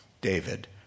David